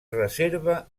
reserva